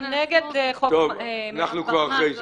------ תודה.